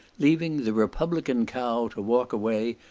leaving the republican cow to walk away,